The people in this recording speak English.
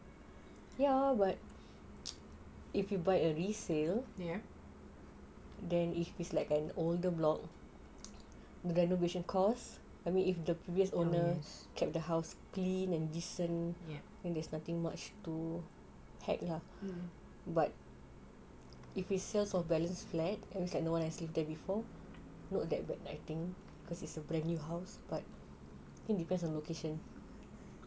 yes but if you buy a resale then if it's like an older block the renovation costs I mean if the previous owners kept the house clean and decent and there's nothing much to pack ah but if it's sales of balance flats as in like no one has lived there before not that bad I feel cause it's a brand new house but it depends on location